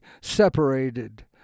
separated